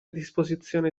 disposizione